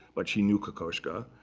but she knew kokoschka.